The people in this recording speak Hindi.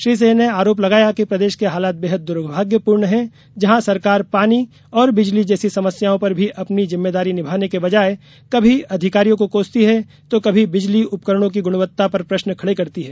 श्री सिंह ने आरोप लगाया कि प्रदेश के हालात बेहद दुर्भाग्यपूर्ण है जहां सरकार पानी और बिजली जैसी समस्याओं पर भी अपनी जिम्मेदारी निभाने के बजाए कभी अधिकारियों को कोसती है तो कभी बिजली उपकरणों की गुणवत्ता पर प्रश्न खड़े करती है